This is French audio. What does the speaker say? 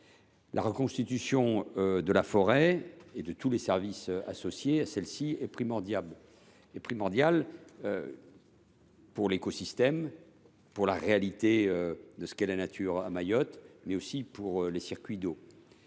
La reconstitution de la forêt et de tous les services associés à celle ci est primordiale pour l’écosystème, pour la réalité de ce qu’est la nature à Mayotte, mais aussi pour les circuits d’eau.